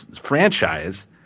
franchise